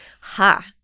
Ha